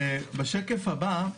בשקף הבא,